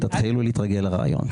תתחילו להתרגל לרעיון.